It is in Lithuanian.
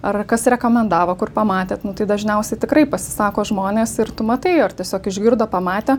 ar kas rekomendavo kur pamatėt nu tai dažniausiai tikrai pasisako žmonės ir tu matai ar tiesiog išgirdo pamatė